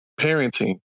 parenting